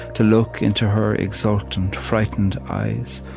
to look into her exultant frightened eyes,